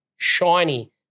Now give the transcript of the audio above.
shiny